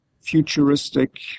futuristic